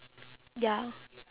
ya